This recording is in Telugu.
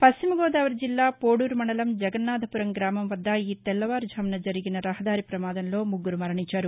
పశ్చిమ గోదావరి జిల్లా పోడూరు మండలం జగన్నాధపురం గ్రామం వద్ద ఈ తెల్లవారుఝామున జరిగిన రహదారి ప్రమాదంలో ముగ్గురు మరణించారు